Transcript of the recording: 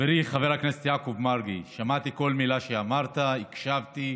יעקב מרגי, שמעתי כל מילה שאמרת, הקשבתי